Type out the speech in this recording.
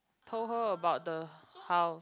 told her about the house